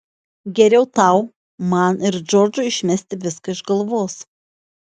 geriau tau man ir džordžui išmesti viską iš galvos